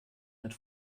mit